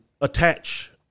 attach